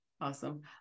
Awesome